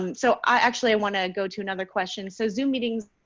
and so i actually want to go to another question. so zoom meetings.